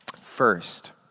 First